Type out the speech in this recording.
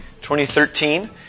2013